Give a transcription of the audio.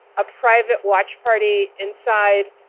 a private watch party inside.